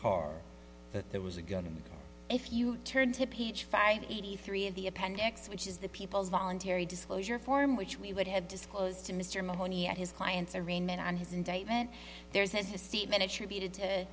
car that there was a gun and if you turn to page five eighty three of the appendix which is the people's voluntary disclosure form which we would have disclosed to mr mahoney at his client's arraignment on his indictment there's has a statement attributed to